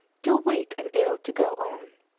too weak and ill to go on.